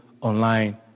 online